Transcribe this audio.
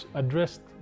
addressed